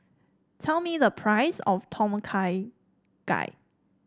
tell me the price of Tom Kha Gai